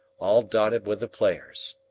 all dotted with the players.